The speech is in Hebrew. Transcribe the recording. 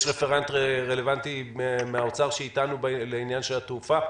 יש רפרנט רלוונטי ממשרד האוצר לעניין התעופה?